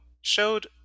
showed